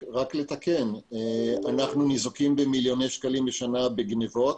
רק לתקן: אנחנו ניזוקים במיליוני שקלים בשנה בשל גניבות,